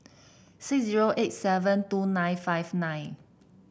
six zero eight seven two nine five nine